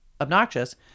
obnoxious